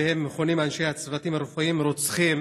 שבו מכונים אנשי הצוותים הרפואיים "רוצחים",